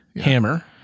Hammer